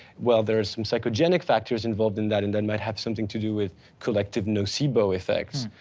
well, there's some psychogenic factors involved in that and then might have something to do with collective nocebo effects.